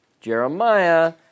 Jeremiah